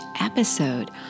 episode